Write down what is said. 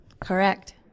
correct